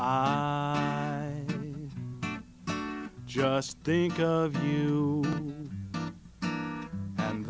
i just think of you and